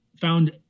found